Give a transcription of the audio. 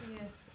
Yes